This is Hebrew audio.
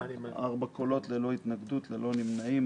אין מתנגדים ואין נמנעים.